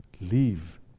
leave